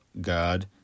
God